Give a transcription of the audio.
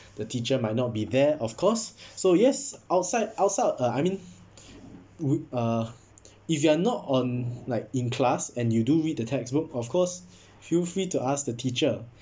the teacher might not be there of course so yes outside outside uh I mean we uh if you are not on like in class and you do read the textbook of course feel free to ask the teacher